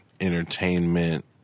entertainment